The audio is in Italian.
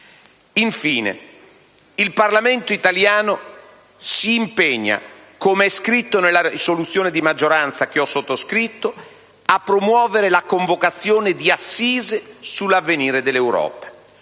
Infine, il Parlamento italiano si impegna - come è scritto nella risoluzione n. 5 di maggioranza, che ho sottoscritto - a promuovere la convocazione di assise sull'avvenire dell'Europa,